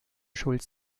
schulz